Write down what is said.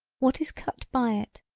what is cut by it.